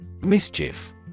Mischief